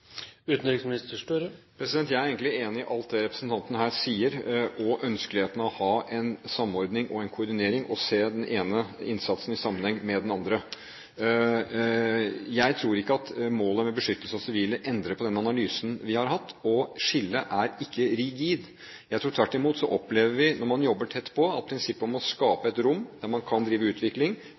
alt representanten her sier, og i ønskeligheten av å ha en samordning og en koordinering og se den ene innsatsen i sammenheng med den andre. Jeg tror ikke at målet med beskyttelse av sivile endrer på den analysen vi har hatt, og skillet er ikke rigid. Jeg tror tvert imot vi opplever, når man jobber tett på, at prinsippet er å skape et rom der man kan drive utvikling,